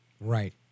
Right